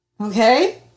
okay